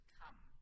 come